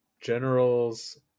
General's